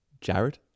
Jared